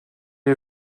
les